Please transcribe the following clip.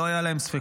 לא היו להם ספקות,